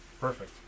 Perfect